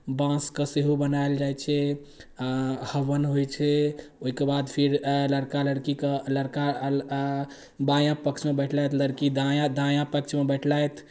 बाँसके सेहो बनायल जाइ छै हवन होइ छै ओहिके बाद फेर लड़का लड़कीके लड़का बाँया बाँया पक्षमे बैठलथि लड़की दाँया दाँया पक्षमे बैठलथि